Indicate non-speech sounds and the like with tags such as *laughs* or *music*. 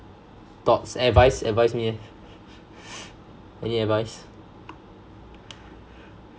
thoughts advice advise me leh any advice *laughs*